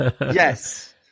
Yes